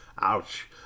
Ouch